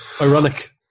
ironic